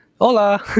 Hola